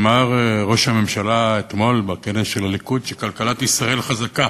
שאמר ראש הממשלה אתמול בכנס של הליכוד שכלכלת ישראל חזקה.